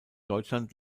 deutschland